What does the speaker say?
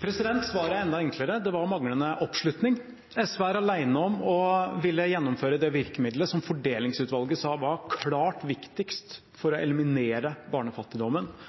Svaret er enda enklere: Det var manglende oppslutning. SV er alene om å ville gjennomføre virkemiddelet som Fordelingsutvalget sa var klart viktigst for å eliminere barnefattigdommen.